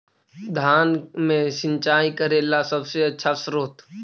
धान मे सिंचाई करे ला सबसे आछा स्त्रोत्र?